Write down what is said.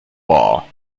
law